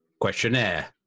Questionnaire